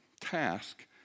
task